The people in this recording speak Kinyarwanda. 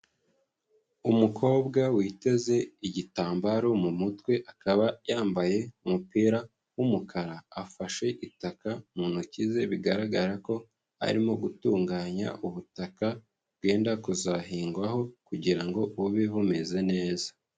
Umukobwa witeze igitambaro mu mutwe akaba yambaye umupira w'umukara, afashe itaka mu ntoki ze bigaragara ko arimo gutunganya ubutaka bwenda kuzahingwaho kugira ngo bube bumeze neza.